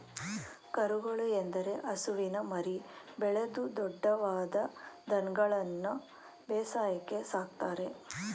ಕರು ಎಂದರೆ ಹಸುವಿನ ಮರಿ, ಬೆಳೆದು ದೊಡ್ದವಾದ ದನಗಳನ್ಗನು ಬೇಸಾಯಕ್ಕೆ ಸಾಕ್ತರೆ